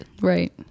right